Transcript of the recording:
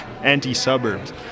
anti-suburbs